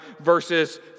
verses